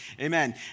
Amen